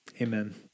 amen